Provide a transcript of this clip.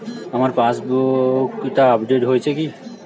আমার পাশবইটা আপডেট হয়েছে কি?